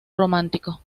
romántico